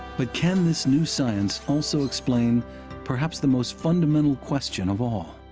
but can this new science also explain perhaps the most fundamental question of all